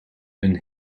een